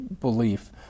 belief